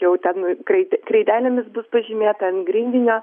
jau ten kreide kreidelėmis bus pažymėta ant grindinio